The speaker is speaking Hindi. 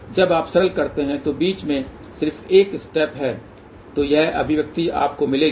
जब आप सरल करते हैं तो बीच में सिर्फ एक स्पेट हैं तो यह अभिव्यक्ति आपको मिलेगी